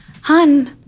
Hun